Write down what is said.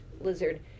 lizard